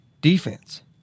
Defense